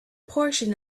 portion